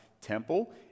temple